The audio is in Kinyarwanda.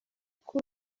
uko